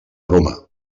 roma